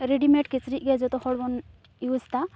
readymade ᱠᱤᱪᱨᱤᱡᱽᱜᱮ ᱡᱚᱛᱚᱦᱚᱲ ᱵᱚᱱ ᱤᱭᱩᱡᱽ ᱮᱫᱟ